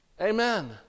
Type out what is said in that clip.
Amen